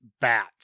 bat